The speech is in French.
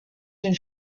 une